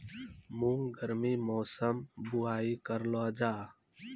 मूंग गर्मी मौसम बुवाई करलो जा?